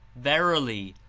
verily,